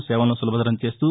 సేవలను సులభతరం చేస్తూ